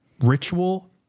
ritual